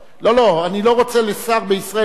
לא, לא, אני לא רוצה לקרוא שר בישראל לסדר.